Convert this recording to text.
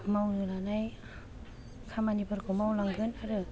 मावनो लानाय खामानिफोरखौ मावलांगोन आरो